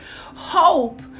Hope